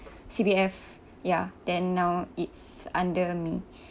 C_P_F ya then now it's under me